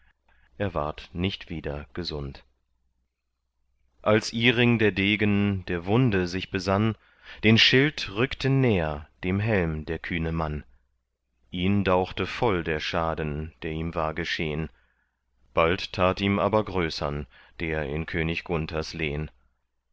er ward nicht wieder gesund als iring der degen der wunde sich besann den schild rückte näher dem helm der kühne mann ihn dauchte voll der schaden der ihm war geschehn bald tat ihm aber größern der in könig gunthers lehn